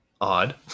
Odd